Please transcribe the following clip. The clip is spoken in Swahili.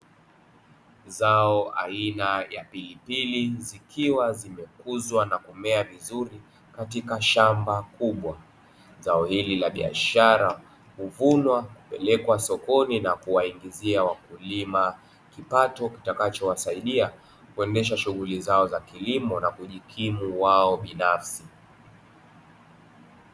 Zao aina ya pilipili zikiwa zimekuzwa na kumea vizuri katika shamba kubwa, zao hili la biashara uvunwa kupelekwa sokoni na kuwaingizia wakulima kipato kitakachowasaidia kuendesha shughuli zao za kilimo na kujikimu wao binafsi.